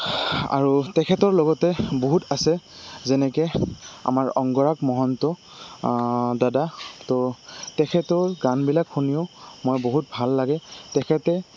আৰু তেখেতৰ লগতে বহুত আছে যেনেকে আমাৰ অংগৰাগ মহন্ত দাদা তো তেখেতৰ গানবিলাক শুনিও মই বহুত ভাল লাগে তেখেতে